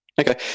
Okay